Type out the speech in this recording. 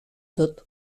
dut